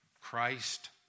Christ